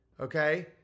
Okay